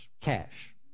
Cash